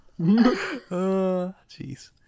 Jeez